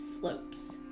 slopes